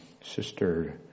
Sister